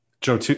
Joe